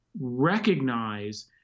recognize